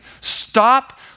Stop